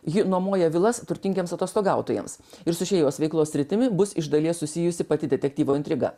ji nuomoja vilas turtingiems atostogautojams ir su šia jos veiklos sritimi bus iš dalies susijusi pati detektyvo intriga